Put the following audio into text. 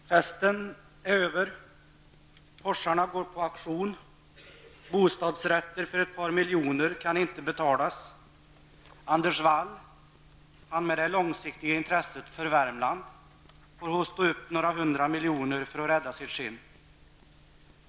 Herr talman! Festen är över, Porscharna går på auktion och bostadsrätter för ett par miljoner kan inte betalas. Anders Wall, han med det långsiktiga intresset för Värmland, får hosta upp några hundra mijoner för att rädda sitt skinn.